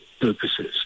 purposes